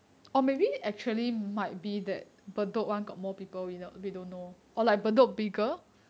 or maybe actually might be that uh group one got more people without you don't know or like bedok bigger